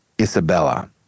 Isabella